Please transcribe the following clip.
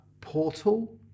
portal